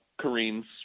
Kareem's